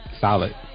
Solid